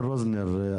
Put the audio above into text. תומר רוזנר,